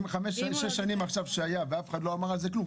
אם שש שנים עכשיו שהיה ואף אחד לא אמר על זה כלום,